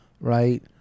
Right